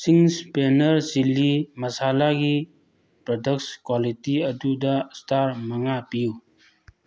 Ching's ꯄꯦꯅꯔ chilli ꯃꯁꯥꯂꯥꯒꯤ products quality ꯑꯗꯨꯗ ꯏꯁꯇꯥꯔ ꯃꯉꯥ ꯄꯤꯌꯨ